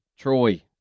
Troy